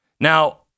Now